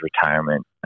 retirement